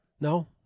No